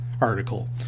article